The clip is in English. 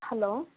hello